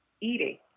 eating